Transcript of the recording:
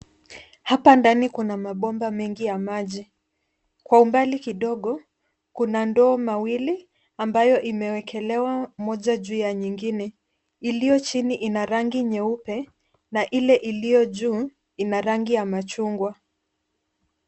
Hapa ndani kuna mabomba mengi ya maji. Kwa umbali kidogo kuna ndoo mawili ambayo imewekelewa moja juu ya nyingine, iliyo chini ina rangi nyeupe na ile iliyo juu ina rangi ya machungwa.